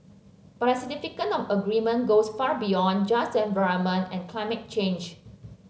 but the significance of the agreement goes far beyond just the environment and climate change